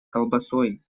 колбасой